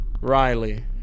Riley